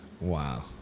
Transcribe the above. Wow